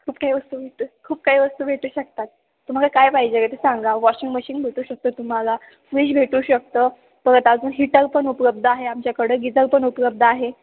खूप काही वस्तू भेटू खूप काय वस्तू भेटू शकतात तुम्हाला काय पाहिजे का ते सांगा वॉशिंग मशीन भेटू शकतो तुम्हाला फ्रीज भेटू शकतं परत अजून हीटर पण उपलब्ध आहे आमच्याकडे गिजर पण उपलब्ध आहे